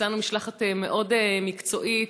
יצאנו משלחת מאוד מקצועית.